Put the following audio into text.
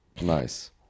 Nice